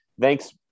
thanks